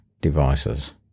devices